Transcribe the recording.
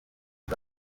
bwa